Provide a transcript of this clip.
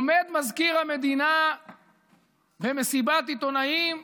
עומד מזכיר המדינה במסיבת עיתונאים,